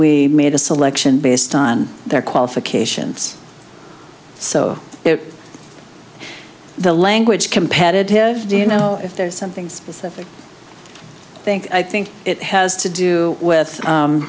we made a selection based on their qualifications so it the language competitive do you know if there's something specific i think i think it has to do